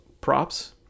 props